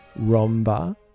Romba